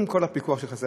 עם כל הפיקוח שחסר.